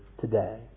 today